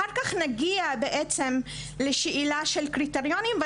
אחר-כך נגיע בעצם לשאלה של קריטריונים.